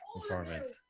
performance